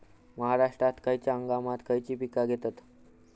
महाराष्ट्रात खयच्या हंगामांत खयची पीका घेतत?